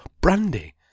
brandy